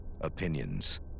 opinions